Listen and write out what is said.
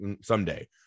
someday